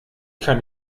kann